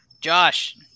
Josh